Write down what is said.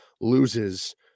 loses